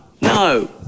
No